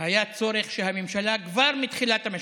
היה צורך שהממשלה, כבר מתחילת המשבר,